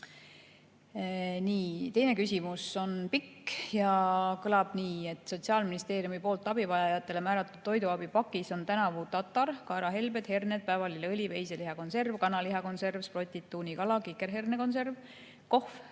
Teine küsimus on pikk ja kõlab nii: "Sotsiaalministeeriumi poolt abivajajatel määratud toiduabi pakis on tänavu tatar, kaerahelbed, herned, päevalilleõli, veiselihakonserv, kanalihakonserv, sprotid, tuunikala, kikerhernekonserv, kohv,